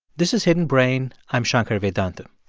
this is hidden brain. i'm shankar vedantam